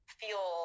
feel